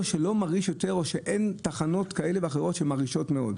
לא מרעיש או שאין בו תחנות כאלה או אחרות שמרעישות מאוד.